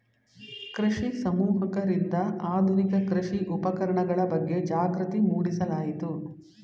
ಕೃಷಿ ಸಮೂಹಕರಿಂದ ಆಧುನಿಕ ಕೃಷಿ ಉಪಕರಣಗಳ ಬಗ್ಗೆ ಜಾಗೃತಿ ಮೂಡಿಸಲಾಯಿತು